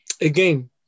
again